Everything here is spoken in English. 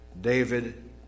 David